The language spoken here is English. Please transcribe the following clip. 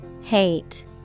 Hate